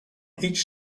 each